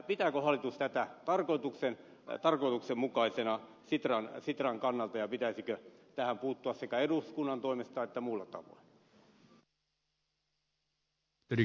pitääkö hallitus tätä tarkoituksenmukaisena sitran kannalta ja pitäisikö tähän puuttua sekä eduskunnan toimesta että muulla tavoin